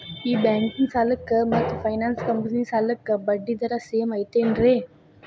ಈ ಬ್ಯಾಂಕಿನ ಸಾಲಕ್ಕ ಮತ್ತ ಫೈನಾನ್ಸ್ ಕಂಪನಿ ಸಾಲಕ್ಕ ಬಡ್ಡಿ ದರ ಸೇಮ್ ಐತೇನ್ರೇ?